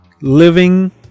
living